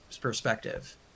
perspective